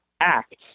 act